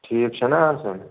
ٹھیٖک چھا نا آسان